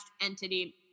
entity